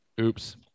oops